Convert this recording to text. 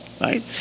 right